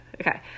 okay